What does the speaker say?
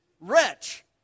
wretch